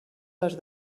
les